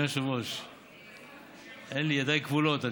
ידיי כבולות.